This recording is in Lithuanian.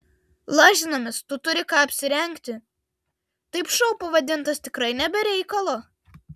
lažinamės tu turi ką apsirengti taip šou pavadintas tikrai ne be reikalo